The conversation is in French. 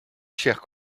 chers